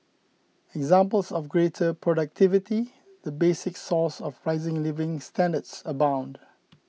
examples of greater productivity the basic source of rising living standards abound